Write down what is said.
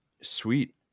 sweet